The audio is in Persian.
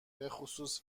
بخصوص